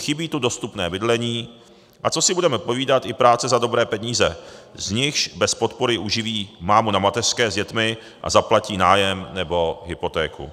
Chybí tu dostupné bydlení, a co si budeme povídat, i práce za dobré peníze, z nichž bez podpory uživí mámu na mateřské s dětmi a zaplatí nájem nebo hypotéku.